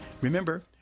Remember